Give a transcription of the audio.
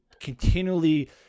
continually